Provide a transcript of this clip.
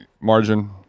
margin